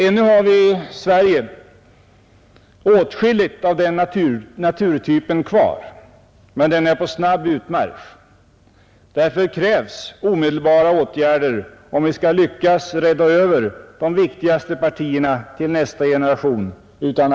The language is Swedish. Ännu har vi i Sverige åtskilligt av den naturtypen kvar, men den är på snabb utmarsch. Därför krävs omedelbara åtgärder om vi utan alltför stora kostnader skall lyckas rädda över de viktigaste partierna till nästa generation.